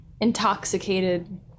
intoxicated